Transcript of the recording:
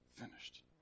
finished